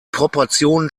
proportionen